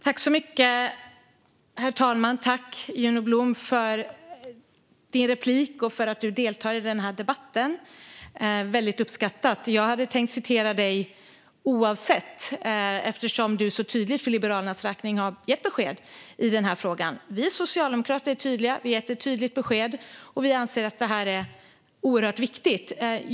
Herr talman! Tack, Juno Blom, för att du deltar i den här debatten! Det är väldigt uppskattat. Jag hade tänkt citera dig oavsett, eftersom du så tydligt för Liberalernas räkning har gett besked i den här frågan. Vi socialdemokrater är tydliga. Vi har gett ett tydligt besked, och vi anser att det här är oerhört viktigt.